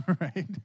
Right